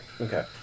Okay